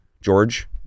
George